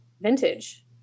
vintage